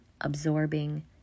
absorbing